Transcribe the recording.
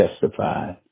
testify